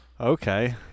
okay